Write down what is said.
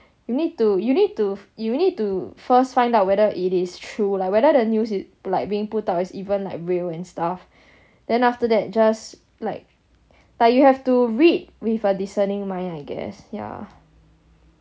you need to you need to you you need to first find out whether it is true lah whether the news is like being put out as even like real and stuff then after that just like but you have to read with a discerning mind I guess yeah